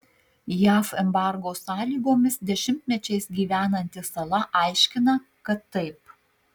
jav embargo sąlygomis dešimtmečiais gyvenanti sala aiškina kad taip